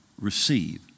receive